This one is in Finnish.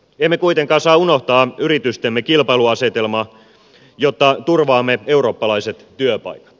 emme kuitenkaan saa unohtaa yritystemme kilpailuasetelmaa jotta turvaamme eurooppalaiset työpaikat